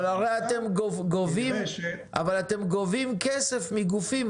אבל אתם גובים כסף מגופים,